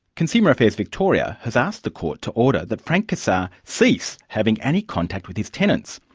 consumer affairs victoria has asked the court to order that frank cassar cease having any contact with his tenants.